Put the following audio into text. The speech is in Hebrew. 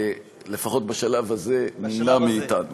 לפחות בשלב הזה, נמנע מאתנו.